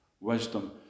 wisdom